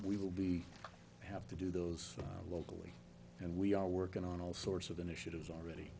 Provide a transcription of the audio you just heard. we will be have to do those locally and we are working on all sorts of initiatives already